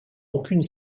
aucune